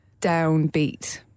downbeat